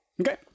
Okay